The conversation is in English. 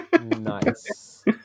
Nice